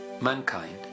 Mankind